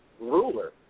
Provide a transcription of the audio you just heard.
ruler